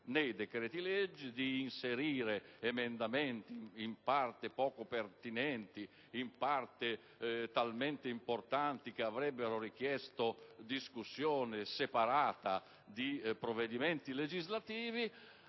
nei decreti-legge, di inserire emendamenti in parte poco pertinenti, in parte talmente importanti che avrebbero richiesto una discussione in separati provvedimenti legislativi.